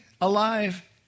alive